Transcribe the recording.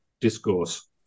discourse